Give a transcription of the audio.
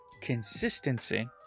consistency